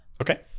Okay